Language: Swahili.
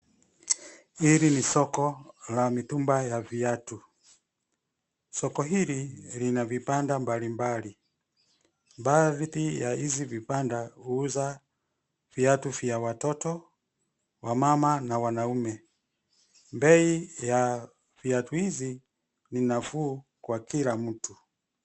Hili ni soko la mitumba ya viatu. Soko hili lina vibanda mbali mbali. Baadhi ya hizi vibanda huuza viatu vya watoto, wamama na wanaume. Bei ya viatu hizi ni nafuu kwa kila mtu.